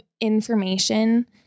information